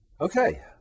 Okay